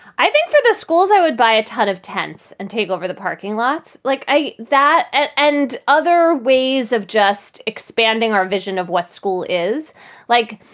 i think of the schools i would buy a ton of tents and take over the parking lots like that and and other ways of just expanding our vision of what school is like,